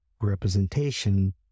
representation